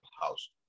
house